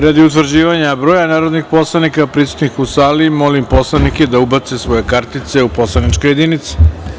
Radi utvrđivanja broja narodnih poslanika prisutnih u sali, molim poslanike da ubacite svoje identifikacione kartice u poslaničke jedinice.